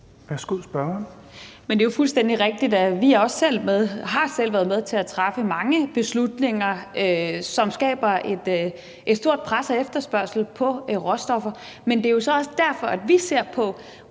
(RV): Men det er jo fuldstændig rigtigt, at vi også selv har været med til at træffe mange beslutninger, som skaber et stort pres og en efterspørgsel på råstoffer. Men det er jo så også derfor, vi ser på,